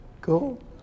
Cool